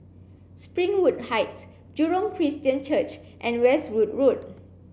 Springwood Heights Jurong Christian Church and Westwood Road